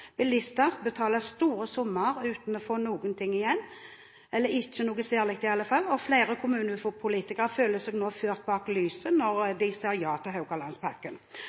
betaler store summer uten å få noe særlig igjen, og flere kommunepolitikere føler seg nå ført bak lyset når de sa ja til Haugalandspakken.